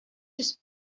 just